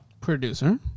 Producer